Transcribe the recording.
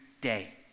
day